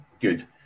Good